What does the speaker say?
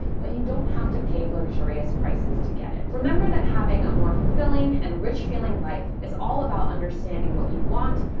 but you don't have to pay luxurious prices to get it. remember that having a more fulfilling and rich feeling life is all about understanding what you want,